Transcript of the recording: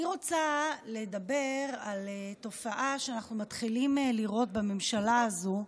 אני רוצה לדבר על תופעה שאנחנו מתחילים לראות בממשלה הזאת,